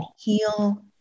heal